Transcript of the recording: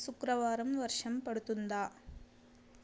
శుక్రవారం వర్షం పడుతుందా